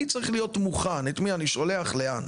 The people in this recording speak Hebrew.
אני צריך להיות מוכן את מי אני שולח לאן.